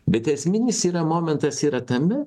bet esminis yra momentas yra tame